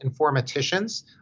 informaticians